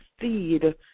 seed